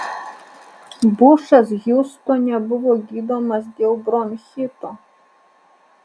bušas hiūstone buvo gydomas dėl bronchito